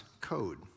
code